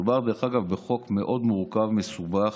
דרך אגב, מדובר בחוק מאוד מורכב, מסובך,